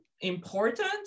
important